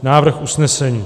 Návrh usnesení: